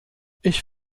ich